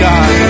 God